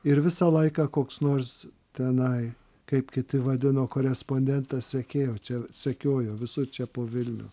ir visą laiką koks nors tenai kaip kiti vadino korespondentą sekėjo čia sekiojo visur čia po vilnių